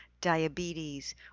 diabetes